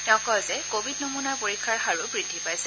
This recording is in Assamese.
তেওঁ কয় যে কোৰিড নমুনাৰ পৰীক্ষাৰ হাৰো বৃদ্ধি পাইছে